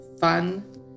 fun